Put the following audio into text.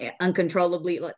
uncontrollably